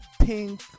Pink